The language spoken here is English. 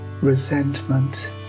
resentment